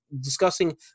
discussing